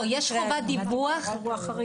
לא, יש חובת דיווח על אירוע חריג.